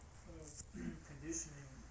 conditioning